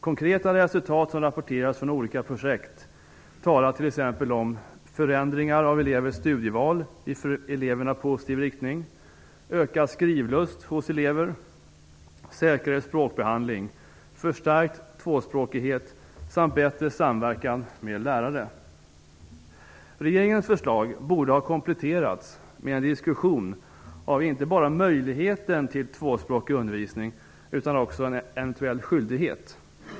Konkreta resultat som rapporterats från olika projekt talar t.ex. om förändringar av elevers studieval i för eleverna positiv riktning, ökad skrivlust hos elever, säkrare språkbehandling, förstärkt tvåspråkighet samt bättre samverkan med lärare. Regeringens förslag borde ha kompletterats med en diskussion av inte bara möjligheten till tvåspråkig undervisning utan också av en eventuell skyldighet.